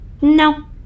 No